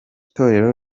torero